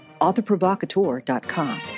authorprovocateur.com